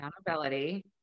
Accountability